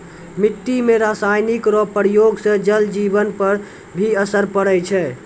मिट्टी मे रासायनिक रो प्रयोग से जल जिवन पर भी असर पड़ै छै